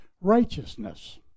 righteousness